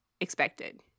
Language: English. expected